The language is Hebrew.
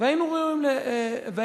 והיינו ראויים לביקורת.